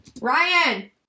Ryan